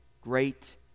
great